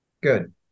Good